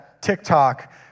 TikTok